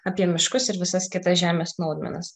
apie miškus ir visas kitas žemės naudmenas